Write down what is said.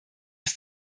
das